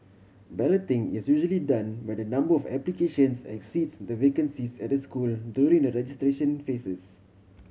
balloting is usually done when the number of applications exceeds the vacancies at a school during the registration phases